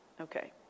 Okay